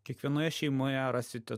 kiekvienoje šeimoje rasite